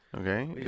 Okay